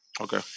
Okay